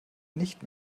nicht